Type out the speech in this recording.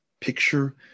Picture